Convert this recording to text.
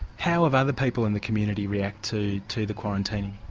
how have other people in the community reacted to the quarantine?